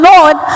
Lord